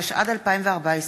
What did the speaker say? התשע"ד 2014,